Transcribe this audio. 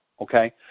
okay